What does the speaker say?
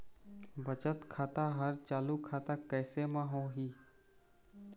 बचत खाता हर चालू खाता कैसे म होही?